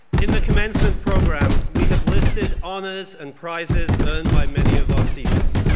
in the commencement program, we have listed honors and prizes earned by many of our seniors.